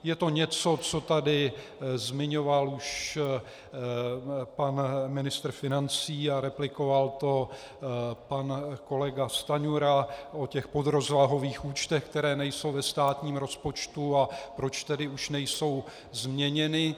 Je to něco, co tady zmiňoval už pan ministr financí a replikoval to pan kolega Stanjura o těch podrozvahových účtech, které nejsou ve státním rozpočtu, a proč tedy už nejsou změněny.